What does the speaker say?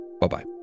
Bye-bye